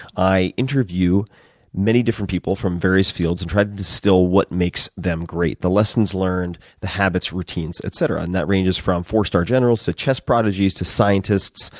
i interview many different people from various fields and try to distill what makes them great the lessons learned, the habits, routines, etc. and that ranges from four star generals, to chess prodigies, to scientists,